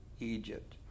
Egypt